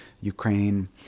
Ukraine